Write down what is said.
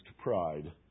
pride